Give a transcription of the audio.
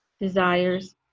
desires